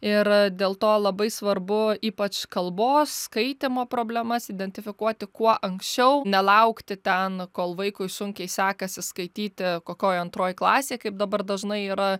ir dėl to labai svarbu ypač kalbos skaitymo problemas identifikuoti kuo anksčiau nelaukti ten kol vaikui sunkiai sekasi skaityti kokioj antroj klasėj kaip dabar dažnai yra